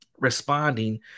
Responding